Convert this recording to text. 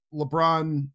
LeBron